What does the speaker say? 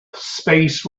space